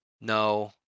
no